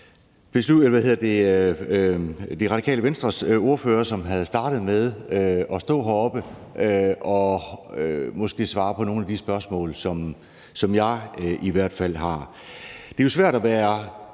kunne have været rart, hvis Radikale Venstres ordfører havde startet med at stå heroppe og måske havde svaret på nogle af de spørgsmål, som jeg i hvert fald har. Det er jo, havde